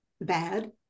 bad